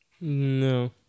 No